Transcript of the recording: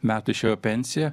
metų išėjau į pensiją